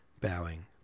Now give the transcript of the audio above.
bowing